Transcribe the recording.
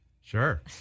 Sure